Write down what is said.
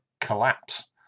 collapse